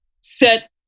set